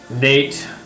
Nate